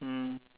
mm